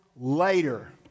Later